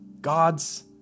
God's